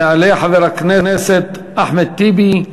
יעלה חבר הכנסת אחמד טיבי,